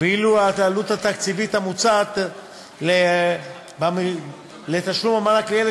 ואילו העלות התקציבית המוצעת לתשלום המענק לילד